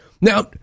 Now